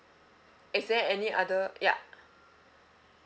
is there any other ya